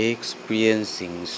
Experiencing